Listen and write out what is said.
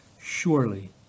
surely